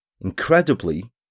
incredibly